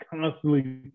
constantly